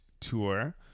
tour